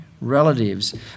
relatives